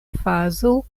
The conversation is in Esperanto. fazo